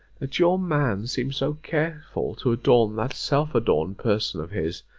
that your man seems so careful to adorn that self-adorned person of his!